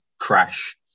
crash